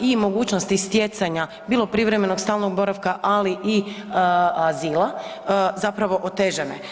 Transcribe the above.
i mogućnosti stjecanja bilo privremenog, stalnog boravka ali i azila, zapravo otežane.